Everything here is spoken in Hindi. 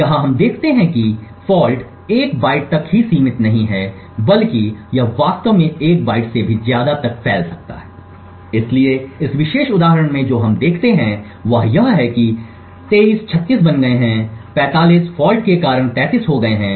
यहाँ हम देखते हैं कि फॉल्ट एक बाइट तक ही सीमित नहीं है बल्कि यह वास्तव में 1 बाइट से भी ज्यादा तक फैल सकता है इसलिए इस विशेष उदाहरण में जो हम देखते हैं वह यह है कि 23 36 बन गए हैं 45 फॉल्ट के कारण 33 हो गए हैं